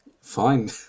Fine